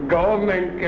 Government